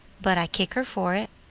but i kick her for it.